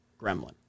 gremlin